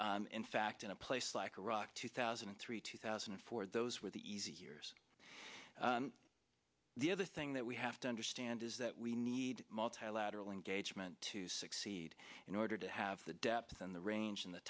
in fact in a place like iraq two thousand and three two thousand and four those were the easy years the other thing that we have to understand is that we need multilateral engagement to succeed in order to have the depth and the range and the